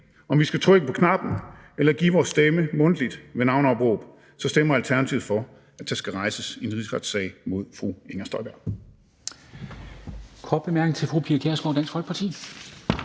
om vi skal trykke på knappen eller give vores stemme mundtligt ved navneopråb, så stemmer Alternativet for, at der skal rejses en rigsretssag mod fru Inger Støjberg.